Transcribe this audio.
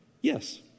Yes